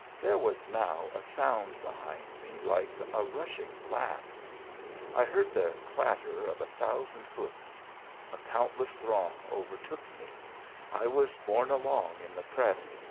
there was now a sound behind me like a rushing blast i heard the clatter of a thousand hoofs a countless throng over took me i was borne along in the press,